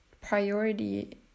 priority